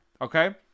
Okay